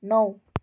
नौ